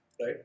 right